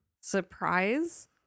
surprise